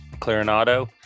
Clarinado